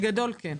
בגדול, כן,